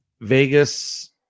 Vegas